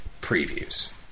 previews